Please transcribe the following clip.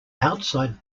outside